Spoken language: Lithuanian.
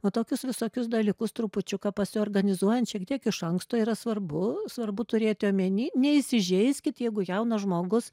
va tokius visokius dalykus trupučiuką pasiorganizuojant šiek tiek iš anksto yra svarbu svarbu turėti omeny neįsižeiskit jeigu jaunas žmogus